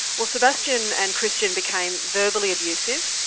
well sebastian and christian became verbally abusive,